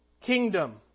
kingdom